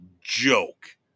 joke